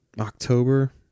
October